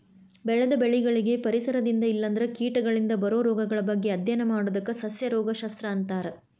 ಬೆಳೆದ ಬೆಳಿಗಳಿಗೆ ಪರಿಸರದಿಂದ ಇಲ್ಲಂದ್ರ ಕೇಟಗಳಿಂದ ಬರೋ ರೋಗಗಳ ಬಗ್ಗೆ ಅಧ್ಯಯನ ಮಾಡೋದಕ್ಕ ಸಸ್ಯ ರೋಗ ಶಸ್ತ್ರ ಅಂತಾರ